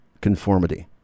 conformity